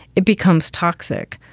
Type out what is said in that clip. it becomes toxic.